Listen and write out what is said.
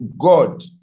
God